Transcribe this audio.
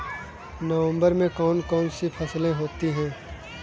नवंबर में कौन कौन सी फसलें होती हैं?